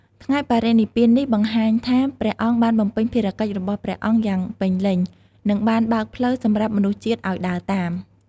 ថ្ងៃបរិនិព្វាននេះ បង្ហាញថាព្រះអង្គបានបំពេញភារកិច្ចរបស់ព្រះអង្គយ៉ាងពេញលេញ និងបានបើកផ្លូវសម្រាប់មនុស្សជាតិឱ្យដើរតាម។